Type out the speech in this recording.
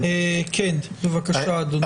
אין בעיה.